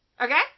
Okay